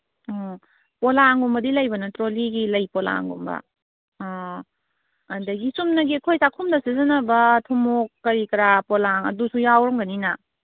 ꯑꯣ ꯄꯣꯂꯥꯡꯒꯨꯝꯕꯗꯤ ꯂꯩꯕ ꯅꯠꯇ꯭ꯔꯣ ꯂꯤꯒꯤ ꯂꯩ ꯄꯣꯂꯥꯡꯒꯨꯝꯕ ꯑꯣ ꯑꯗꯒꯤ ꯆꯨꯝꯅꯒꯤ ꯑꯩꯈꯣꯏ ꯆꯥꯛꯈꯨꯝꯗ ꯁꯤꯖꯤꯟꯅꯕ ꯊꯨꯃꯣꯛ ꯀꯔꯤ ꯀꯔꯥ ꯄꯣꯂꯥꯡ ꯑꯗꯨꯁꯨ ꯌꯥꯎꯔꯝꯒꯅꯤꯅꯥ